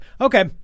Okay